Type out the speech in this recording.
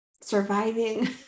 Surviving